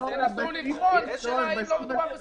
ינסו לבחון את השאלה אם לא מדובר בסעיף מיותר.